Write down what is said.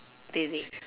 wait wait